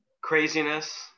craziness